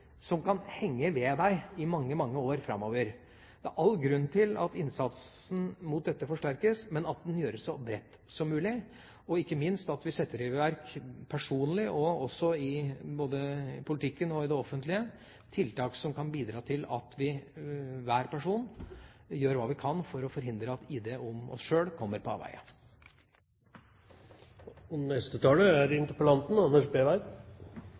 som kan henge ved deg i mange, mange år framover. Det er all grunn til å forsterke innsatsen mot dette og å gjøre den innsatsen så bred som mulig, ikke minst at vi, hver enkelt person, og også i politikken og i det offentlige, setter i verk tiltak som kan bidra til at vi gjør hva vi kan for å forhindre at ID om oss sjøl kommer på avveier.